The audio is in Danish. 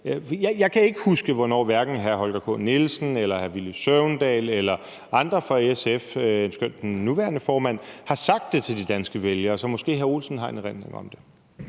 Jeg kan ikke huske, hvornår hverken hr. Holger K. Nielsen, hr. Villy Søvndal eller andre fra SF, heller ikke den nuværende formand, har sagt det til de danske vælgere. Men måske hr. Mads Olsen har en erindring om det.